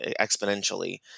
exponentially